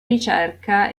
ricerca